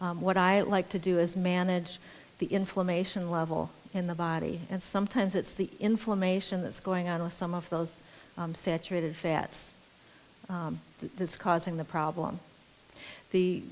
what i like to do is manage the inflammation level in the body and sometimes it's the inflammation that's going on with some of those saturated fats that's causing the problem the